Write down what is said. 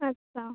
ᱟᱪᱷᱟ